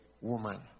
woman